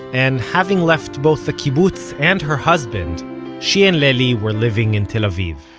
and having left both the kibbutz and her husband she and lely were living in tel aviv